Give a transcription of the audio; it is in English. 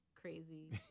crazy